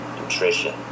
nutrition